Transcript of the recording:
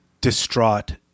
distraught